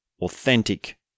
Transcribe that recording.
authentic